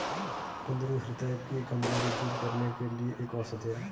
कुंदरू ह्रदय की कमजोरी दूर करने के लिए एक औषधि है